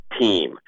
team